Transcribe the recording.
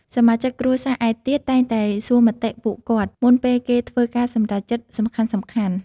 សមាជិកគ្រួសារឯទៀតតែងតែសួរមតិពួកគាត់ មុនពេលគេធ្វើការសម្រេចចិត្តសំខាន់ៗ។